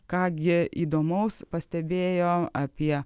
ką gi įdomaus pastebėjo apie